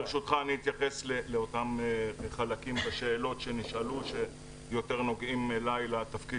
ברשותך אני אתייחס לאותם חלקים בשאלות שנשאלו שיותר נוגעים אלי לתפקיד